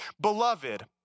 Beloved